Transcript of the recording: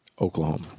Oklahoma